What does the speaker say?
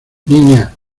niña